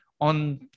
on